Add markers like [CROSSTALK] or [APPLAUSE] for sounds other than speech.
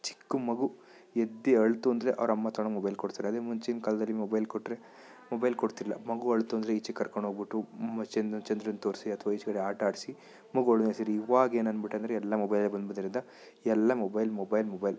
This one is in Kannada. ಚಿಕ್ಕ ಮಗು ಎದ್ದು ಅತ್ತು ಅಂದರೆ ಅವ್ರ ಅಮ್ಮ ತೊಗೊಂಡೋಗಿ ಮೊಬೈಲ್ ಕೊಡ್ತಾರೆ ಅದೇ ಮುಂಚಿನ ಕಾಲದಲ್ಲಿ ಮೊಬೈಲ್ ಕೊಟ್ರೆ ಮೊಬೈಲ್ ಕೊಡ್ತಿಲ್ಲ ಮಗು ಅತ್ತು ಅಂದರೆ ಈಚೆ ಕರ್ಕೊಂಡೋಗಿಬಿಟ್ಟು ಚಂದ್ರ ಚಂದ್ರನ್ನ ತೋರಿಸಿ ಅಥ್ವಾ ಈಚೆಕಡೆ ಆಟ ಆಡಿಸಿ ಮಗು ಅಳು [UNINTELLIGIBLE] ಇವಾಗ ಏನನ್ಬಿಟ್ಟೆ ಅಂದರೆ ಎಲ್ಲ ಮೊಬೈಲೆ ಬಂದಿರೋದಿಂದ ಎಲ್ಲ ಮೊಬೈಲ್ ಮೊಬೈಲ್ ಮೊಬೈಲ್